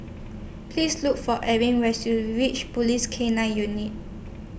Please Look For Arie when YOU REACH Police K nine Unit